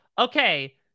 okay